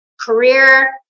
career